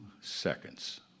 seconds